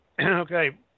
Okay